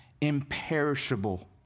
imperishable